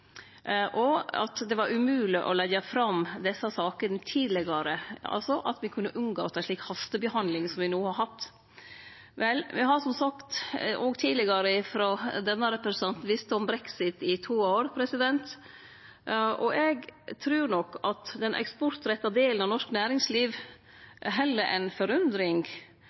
og at det var umogleg å leggje fram desse sakene tidlegare, at me altså kunne ha unngått ei slik hastebehandling som me no har hatt. Vel, me har som sagt – òg tidlegare av denne representanten – visst om brexit i to år. Eg trur nok at den eksportretta delen av norsk næringsliv heller enn forundring